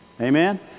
amen